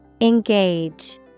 Engage